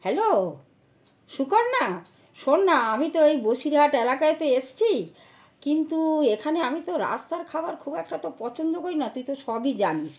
hello Sukanya শোন না আমি তো ওই বসিরহাট এলাকাতে এসেছি কিন্তু এখানে আমি তো রাস্তার খাবার খুব একটা তো পছন্দ করি না তুই তো সবই জানিস